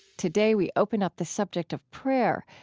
today, we open up the subject of prayer,